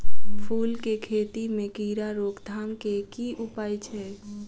फूल केँ खेती मे कीड़ा रोकथाम केँ की उपाय छै?